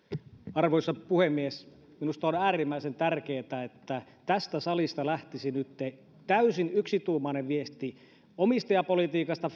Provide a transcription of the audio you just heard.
arvoisa puhemies minusta on äärimmäisen tärkeää että tästä salista lähtisi nytten täysin yksituumainen viesti omistajapolitiikasta